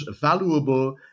valuable